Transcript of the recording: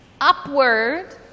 upward